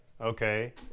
okay